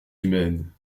humaine